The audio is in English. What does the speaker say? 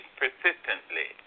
persistently